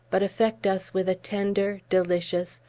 but affect us with a tender, delicious,